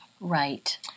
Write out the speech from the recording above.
Right